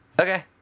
okay